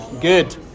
Good